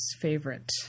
favorite